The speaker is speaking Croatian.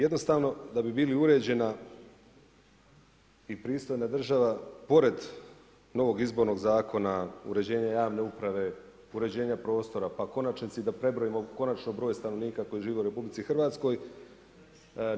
Jednostavno da bi bili uređena i pristojna država pored novog izbornog zakona uređenje javne uprave, uređenje prostora, pa u konačnici da i prebrojimo konačno broj stanovnika koji žive u Republici Hrvatskoj.